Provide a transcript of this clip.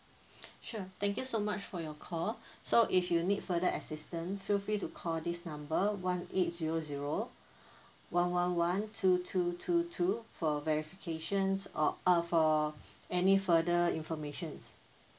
sure thank you so much for your call so if you need further assistant feel free to call this number one eight zero zero one one one two two two two for verifications or uh for any further informations